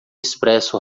expresso